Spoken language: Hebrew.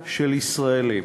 ישראלים,